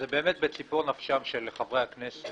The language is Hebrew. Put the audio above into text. זה באמת בציפור נפשם של חברי הכנסת,